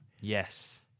Yes